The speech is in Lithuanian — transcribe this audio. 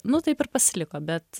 nu taip ir pasiliko bet